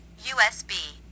USB